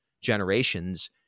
generations